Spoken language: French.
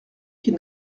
qu’il